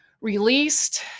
released